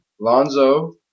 Lonzo